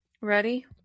Ready